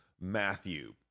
Matthew